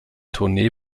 tournee